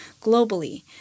globally